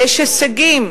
יש הישגים.